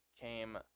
came